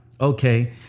Okay